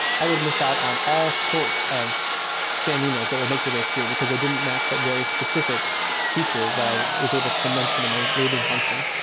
i would miss out on all sorts of spam emails that would make their way through, because they didn't match that very specific feature that i was able to mention in my labeling function.